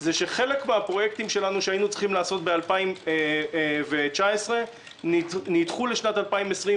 היא שחלק מן הפרויקטים שלנו שהיינו צריכים לעשות ב-2019 נדחו לשנת 2020,